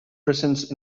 presence